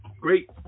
great